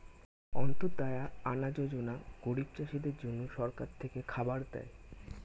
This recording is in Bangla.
অন্ত্যদায়া আনা যোজনা গরিব চাষীদের জন্য সরকার থেকে খাবার দেয়